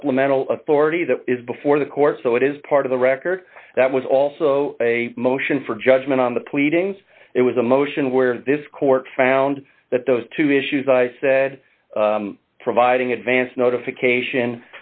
supplemental authority that is before the court so it is part of the record that was also a motion for judgment on the pleadings it was a motion where this court found that those two issues i said providing advance notification